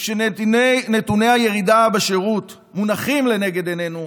וכשנתוני הירידה בשירות מונחים לנגד עינינו,